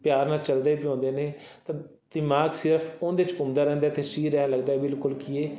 ਪਿਆਰ ਨਾਲ ਚੱਲਦੇ ਵੀ ਹੁੰਦੇ ਨੇ ਤਾਂ ਦਿਮਾਗ ਸਿਰਫ਼ ਉਹਦੇ 'ਚ ਘੁੰਮਦਾ ਰਹਿੰਦਾ ਅਤੇ ਸਰੀਰ ਐਂ ਲੱਗਦਾ ਬਿਲਕੁਲ ਕੀ ਹੈ